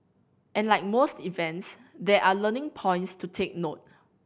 and like most events there are learning points to take note